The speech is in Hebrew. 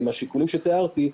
עם השיקולים שתיארתי,